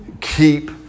Keep